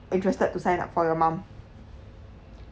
interested to sign up for your mom